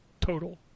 total